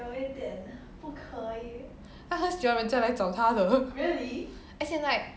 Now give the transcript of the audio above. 他很喜欢人家来找他的 as in like